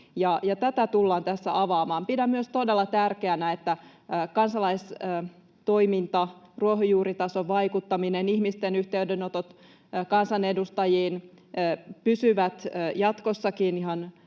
tätä tullaan tässä avaamaan. Pidän myös todella tärkeänä, että kansalaistoiminta, ruohonjuuritason vaikuttaminen ja ihmisten yhteydenotot kansanedustajiin pysyvät jatkossakin ihan